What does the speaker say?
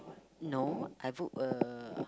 no I book a